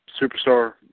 superstar